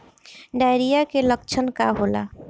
Diarrhoea के लक्षण का होला?